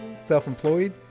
self-employed